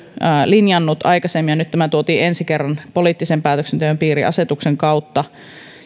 linjannut ja nyt tämä tuotiin ensi kerran poliittisen päätöksenteon piiriin asetuksen kautta